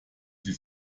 sie